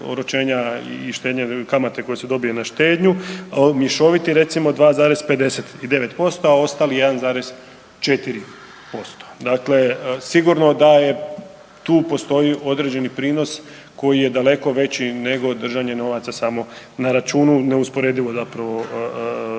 oročenja i štednje kamate koja se dobije na štednju mješoviti recimo 2,59%, a ostali 1,4%. Dakle, sigurno da tu postoji određeni prinos koji je daleko veći nego držanje novaca samo na računu, neusporedivo zapravo